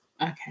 Okay